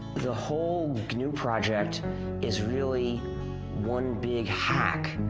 the whole gnu project is really one big hack.